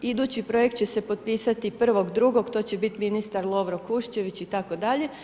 Idući projekt će se potpisati 1.2. to će biti ministar Lovro Kuščević itd.